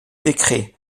décrets